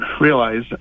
realize